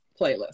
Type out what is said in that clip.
playlist